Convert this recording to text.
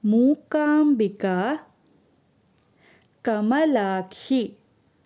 Mookambika Kamalakshi